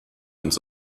ins